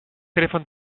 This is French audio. téléphone